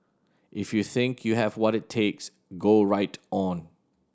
if you think you have what it takes go right on